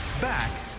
Back